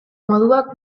moduak